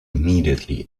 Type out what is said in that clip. immediately